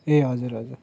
ए हजुर हजुर